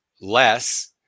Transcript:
less